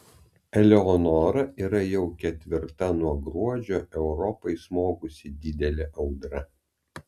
eleonora yra jau ketvirta nuo gruodžio europai smogusi didelė audra